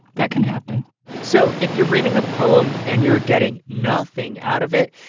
that can happen so if you're reading a poem and you're getting nothing out of it,